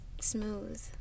smooth